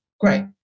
Great